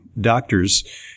doctors